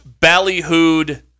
ballyhooed